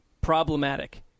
problematic